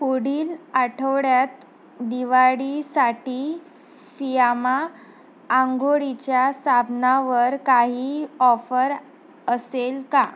पुढील आठवड्यात दिवाळीसाठी फियामा अंघोळीच्या साबणावर काही ऑफर असेल का